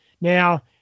Now